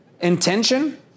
intention